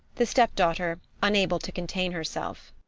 the step-daughter unable to contain herself.